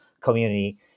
community